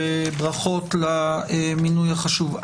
וברכות למינוי החשוב.